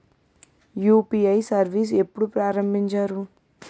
UPI service ఎప్పుడు ప్రారంభించారు?